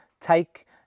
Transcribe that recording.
Take